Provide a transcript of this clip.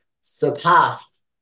surpassed